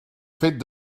fet